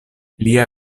lia